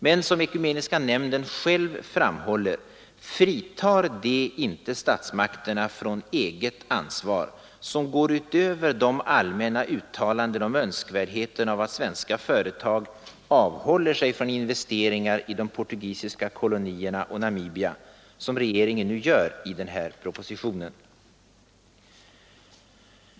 Men som Ekume niska nämnden själv framhåller fritar det inte statsmakterna från eget ansvar, som går utöver de allmänna uttalanden om önskvärdheten av att svenska företag avhåller sig från investeringar i de portugiska kolonierna och Namibia, på det sätt som regeringen gör i den aktuella propositionen.